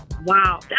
Wow